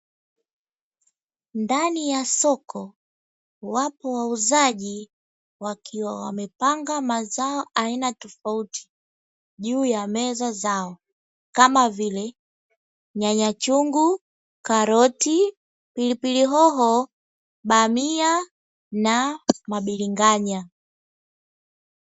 Ndani ya soko wapo wauzaji wakiwa wamepanga mazao aina tofauti juu ya meza zao kama vile: nyanya chungu, karoti, pilipili hoho, bamia na biringanya.